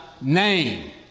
name